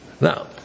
Now